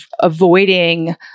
avoiding